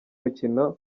mukino